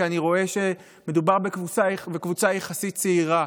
כי אני רואה שמדובר בקבוצה יחסית צעירה.